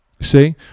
See